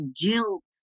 guilt